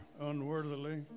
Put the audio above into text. unworthily